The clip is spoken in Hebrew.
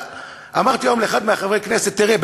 אמרתי היום לאחד מחברי הכנסת: תראה,